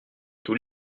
tous